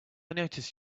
notice